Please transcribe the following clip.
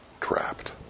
trapped